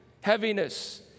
heaviness